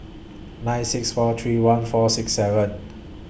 nine six four three one four six seven